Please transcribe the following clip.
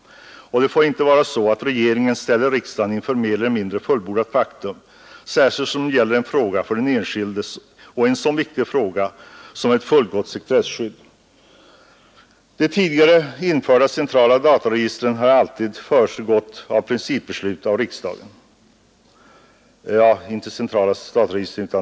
Det får inte vara så att regeringen ställer riksdagen inför mer eller mindre fullbordat faktum, särskilt som det gäller en sådan för den enskilde så viktig fråga som ett fullgott sekretesskydd. De tidigare på länsstyrelserna införda dataregistren har alltid föregåtts av principbeslut av riksdagen.